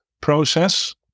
process